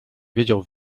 wiedział